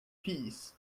peas